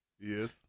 Yes